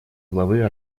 главы